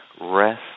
rest